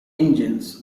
engines